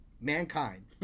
mankind